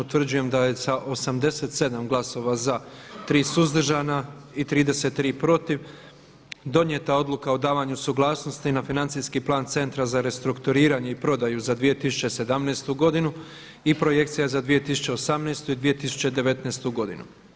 Utvrđujem da je sa 87 glasova za, 3 suzdržana i 33 protiv donijeta Odluka o davanju suglasnosti na Financijski plan Centra za restrukturiranje i prodaju za 2017. godinu i projekcija za 2018. i 2019. godinu.